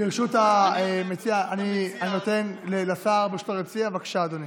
ברשות המציע, אני נותן לשר סער, בבקשה אדוני.